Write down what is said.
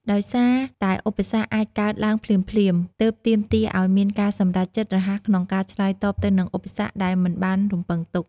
ដោយសារតែឧបសគ្គអាចកើតឡើងភ្លាមៗ ទើបទាមទារឲ្យមានការសម្រេចចិត្តរហ័សក្នុងការឆ្លើយតបទៅនឹងឧបសគ្គដែលមិនបានរំពឹងទុក។